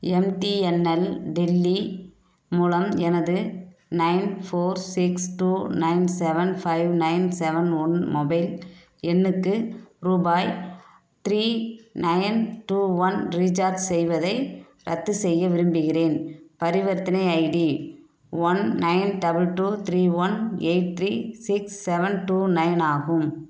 MTNL Delhi மூலம் எனது nine four six two nine seven five nine seven one mobile எண்ணுக்கு ரூபாய் three nine two one recharge செய்வதை ரத்து செய்ய விரும்புகிறேன் பரிவர்த்தனை ID one nine double two three one eight three six seven two nine ஆகும்